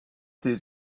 die